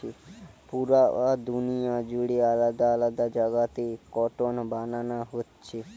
পুরা দুনিয়া জুড়ে আলাদা আলাদা জাগাতে কটন বানানা হচ্ছে